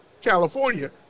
California